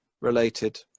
related